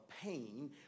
pain